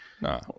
no